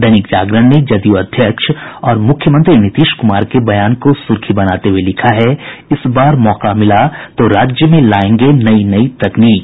दैनिक जागरण ने जदयू अध्यक्ष और मुख्यमंत्री नीतीश कुमार के बयान को सुर्खी बनाते हुये लिखा है इस बार मौका मिला तो राज्य में लायेंगे नई नई तकनीक